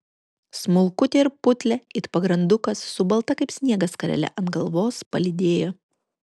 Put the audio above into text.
smulkutę ir putlią it pagrandukas su balta kaip sniegas skarele ant galvos palydėjo